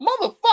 motherfucker